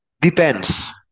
depends